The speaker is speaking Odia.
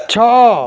ଛଅ